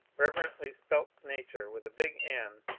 reverently spelt nature with a big n,